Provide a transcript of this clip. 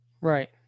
Right